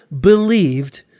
believed